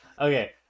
okay